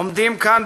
עומדים כאן,